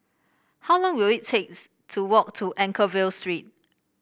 how long will it takes to walk to Anchorvale Street